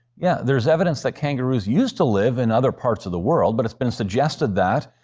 yeah there's evidence that kangaroos used to live in other parts of the world, but it's been suggested that,